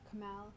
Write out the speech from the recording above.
Kamal